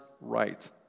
right